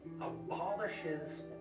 abolishes